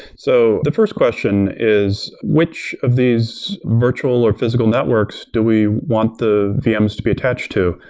so the f irst question is which of these virtual or physical networks do we want the vms to be attached to?